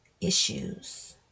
issues